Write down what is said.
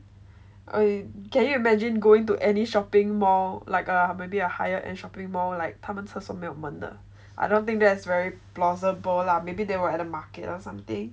err can you imagine going to any shopping mall like err maybe a higher and shopping mall like 他们的厕所没有门的 I don't think that's very plausible or maybe they were at the market or something